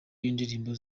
y’indirimbo